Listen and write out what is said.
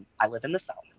i live in the south,